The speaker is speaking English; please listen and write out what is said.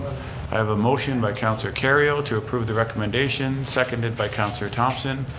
i have a motion by councilor kerrio to approve the recommendation, seconded by councilor thomson.